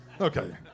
okay